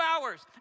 hours